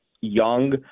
young